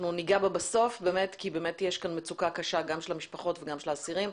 אנחנו ניגע בה בסוף כי יש פה מצוקה קשה גם של המשפחות וגם של האסירים.